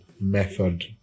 Method